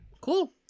cool